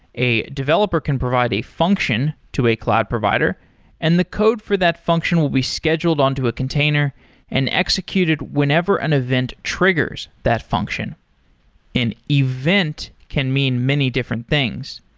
a developer can provide a function to a cloud provider and the code for that function will be scheduled onto a container and executed whenever an event triggers that function an event can mean many different things.